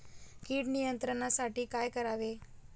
कीड नियंत्रणासाठी काय करावे?